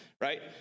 right